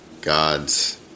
God's